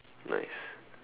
nice